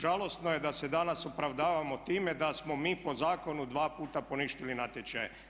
Žalosno je da se danas opravdavamo time da smo mi po zakonu dva puta poništili natječaje.